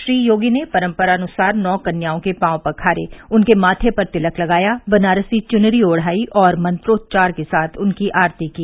श्री योगी ने परम्परानुसार नौ कन्याओं के पांव पखारे उनके माथे पर तिलक लगाया बनारसी चुनरी ओढ़ाई और मंत्रोच्चार के साथ उनकी आरती की